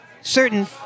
certain